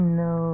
no